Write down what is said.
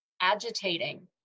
agitating